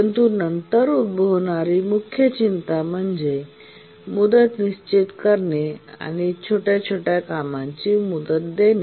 परंतु नंतर उद्भवणारी मुख्य चिंता म्हणजे मुदत निश्चित करणे किंवा छोट्या छोट्या कामांची मुदत देणे